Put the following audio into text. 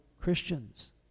Christians